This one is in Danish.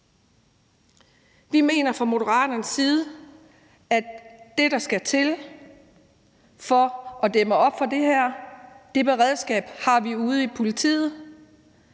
Vi mener fra Moderaternes side, at det beredskab, der skal til for at dæmme op for det her, er noget, vi allerede har ude i politiet.